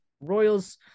Royals